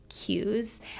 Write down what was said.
cues